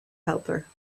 helper